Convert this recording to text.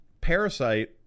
Parasite